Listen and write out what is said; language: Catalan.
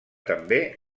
també